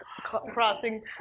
Crossing